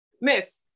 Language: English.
Miss